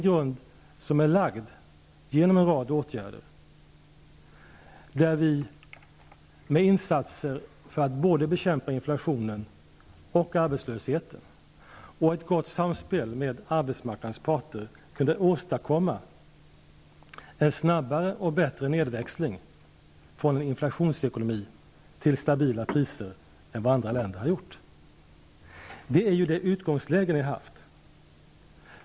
Grunden är lagd genom en rad åtgärder. Vi har med insatser för att bekämpa både inflationen och arbetslösheten och i gott samspel med arbetsmarknadens parter kunnat åstadkomma en snabbare och bättre nedväxling från inflationsekonomi till stabila priser än vad andra länder har gjort. Det är ju det utgångsläge som man har haft.